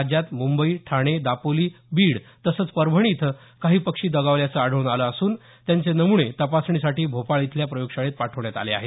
राज्यात मुंबई ठाणे दापोली बीड तसंच परभणी इथं काही पक्षी दगावल्याचं आढळून आलं असून त्यांचे नमुने तपासणीसाठी भोपाळ इथल्या प्रयोगशाळेत पाठवण्यात आले आहेत